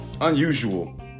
unusual